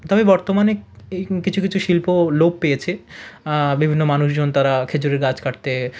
তবে বর্তমানে এই কিছু কিছু শিল্প লোপ পেয়েছে বিভিন্ন মানুষজন তারা খেজুরের গাছ কাটতে